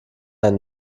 einen